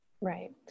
Right